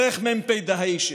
דרך מ"פ דהיישה?